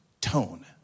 tone